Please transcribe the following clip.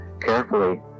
carefully